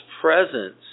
presence